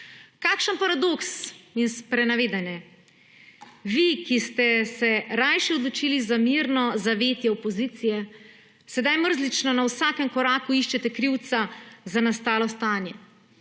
Kakšen paradoks in sprenevedanje! Vi, ki ste se raje odločili za mirno zavetje opozicije, sedaj mrzlično na vsakem koraku iščete krivca za nastalo stanje.